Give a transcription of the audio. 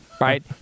Right